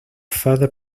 further